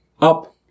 up